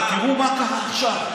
מי היה ראש הממשלה?